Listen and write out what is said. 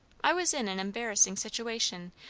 i was in an embarrassing situation,